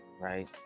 right